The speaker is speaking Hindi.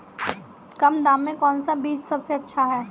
कम दाम में कौन सा बीज सबसे अच्छा है?